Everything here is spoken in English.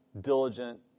diligent